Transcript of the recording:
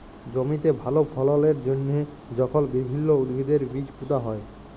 জমিতে ভাল ফললের জ্যনহে যখল বিভিল্ল্য উদ্ভিদের বীজ পুঁতা হ্যয়